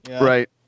Right